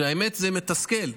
האמת, זה מתסכל,